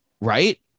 right